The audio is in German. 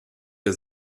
der